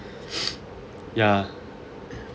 ya